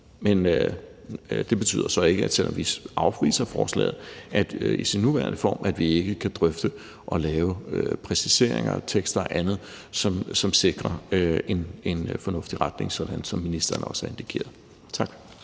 men det betyder så ikke, at vi ikke, selv om vi afviser forslaget i sin nuværende form, kan drøfte at lave præciseringer af tekster og andet, som sikrer en fornuftig retning, sådan som ministeren også har indikeret. Tak.